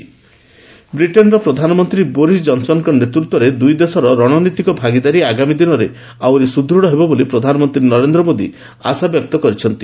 PM Boris Johnson ବ୍ରିଟେନ୍ର ପ୍ରଧାନମନ୍ତ୍ରୀ Boris ଜନସନଙ୍କ ନେତୃତ୍ୱରେ ଦୁଇଦେଶର ରଣନୀତିକ ଭାଗିଦାରୀ ଆଗାମି ଦିନରେ ଆହୁରି ସୁଦୃଢ଼ ହେବ ବୋଲି ପ୍ରଧାନମନ୍ତ୍ରୀ ନରେନ୍ଦ୍ର ମୋଦି ଆଶାବ୍ୟକ୍ତ କରିଛନ୍ତି